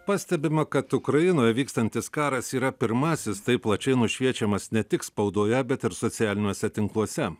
pastebima kad ukrainoje vykstantis karas yra pirmasis taip plačiai nušviečiamas ne tik spaudoje bet ir socialiniuose tinkluose